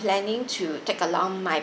planning to take along my